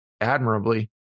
admirably